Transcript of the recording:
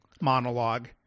monologue